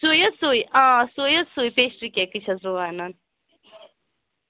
سُے حظ سُے آ سُے حظ سُے پیٚسٹری کیکٕے چھَس بہٕ وَنان